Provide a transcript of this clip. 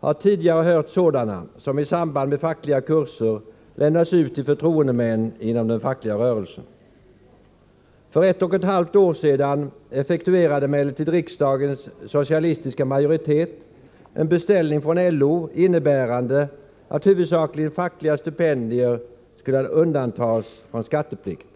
har tidigare hört sådana som i samband med fackliga kurser lämnas till förtroendemän inom den fackliga rörelsen. För ett och ett halvt år sedan effektuerade emellertid riksdagens socialistiska majoritet en beställning från LO, innebärande att huvudsakligen fackliga stipendier skulle undantas från skatteplikt.